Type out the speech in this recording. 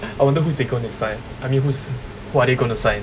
I wonder who they going to sign I mean who's who are they going to sign